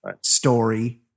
story